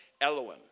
Elohim